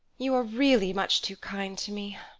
you are really much too kind to me!